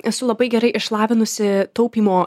esu labai gerai išlavinusi taupymo